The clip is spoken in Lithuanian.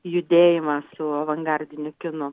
judėjimą su avangardiniu kinu